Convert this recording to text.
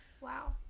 Wow